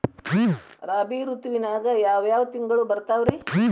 ರಾಬಿ ಋತುವಿನಾಗ ಯಾವ್ ಯಾವ್ ತಿಂಗಳು ಬರ್ತಾವ್ ರೇ?